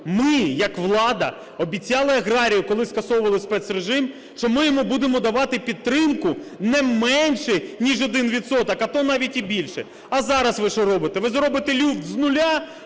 ми як влада обіцяли аграрію, коли скасовували спецрежим, що ми йому будемо давати підтримку не менше, ніж один відсоток, а то навіть і більше. А зараз ви що робите? Ви зробите люфт з нуля